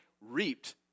reaped